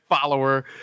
follower